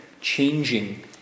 changing